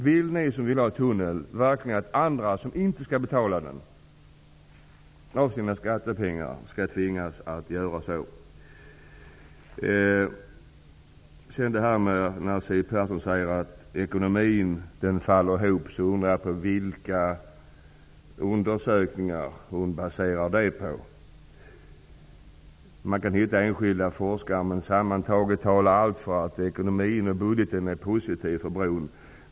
Vill ni som vill ha en tunnel verkligen att andra som inte skall använda den skall tvingas betala för den med sina skattepengar? Siw Persson säger att ekonomin faller ihop. Jag undrar vilka undersökningar hon baserar det påståendet på. Det kan finnas enskilda forskare. Men sammantaget talar allt för att budgeten är positiv för bron.